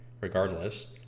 regardless